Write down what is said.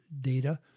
data